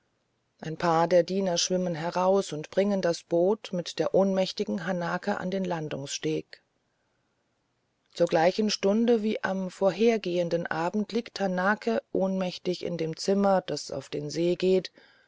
ein paar der diener schwimmen hinaus und bringen das boot mit der ohnmächtigen hanake an den landungssteg zur gleichen stunde wie am vorhergehenden abend liegt hanake ohnmächtig in dem zimmer das auf den see geht